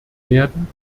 werden